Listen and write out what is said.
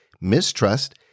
mistrust